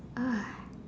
uh